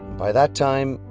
by that time,